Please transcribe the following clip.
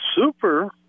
super